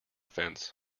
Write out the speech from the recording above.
fence